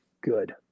good